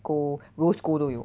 gold rose gold 都有